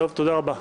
תודה רבה.